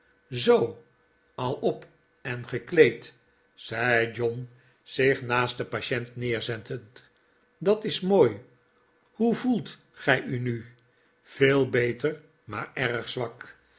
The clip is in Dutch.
zoo al op en gekleed zei john zich naast den patient neerzettend dat is mooi hoe voelt gij u nu veel beter maar erg zwak